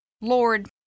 Lord